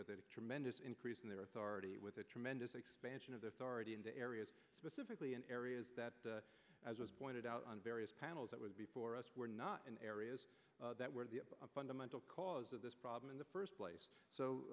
with a tremendous increase in their authority with a tremendous expansion of the already in the areas specifically in areas that as was pointed out on various panels that was before us were not in areas that were the fundamental cause of this problem in the first place so